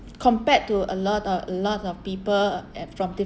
compared to a lot uh a lot of people uh from different